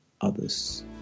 others